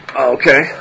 Okay